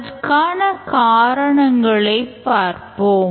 அதற்கான காரணங்களைப் பார்ப்போம்